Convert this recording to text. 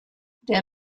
der